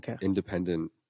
independent